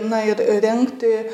na ir rengti